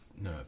No